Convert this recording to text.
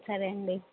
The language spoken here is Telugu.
సరే అండి